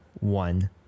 one